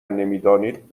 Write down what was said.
نمیدانید